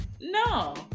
no